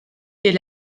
est